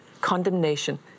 Condemnation